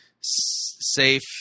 safe